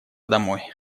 домой